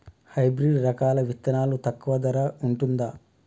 Hybrid రకాల విత్తనాలు తక్కువ ధర ఉంటుందా?